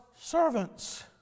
servants